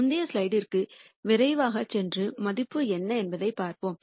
முந்தைய ஸ்லைடிற்கு விரைவாகச் சென்று மதிப்பு என்ன என்பதைப் பார்ப்போம்